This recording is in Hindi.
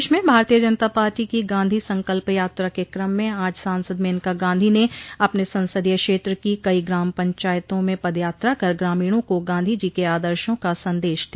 प्रदेश में भारतीय जनता पार्टी की गांधी संकल्प यात्रा की क्रम में आज सांसद मेनका गांधी ने अपने संसदीय क्षेत्र के कई ग्राम पंचायतों में पद यात्रा कर ग्रामीणों को गांधी जी के आदर्शो का संदश दिया